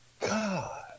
God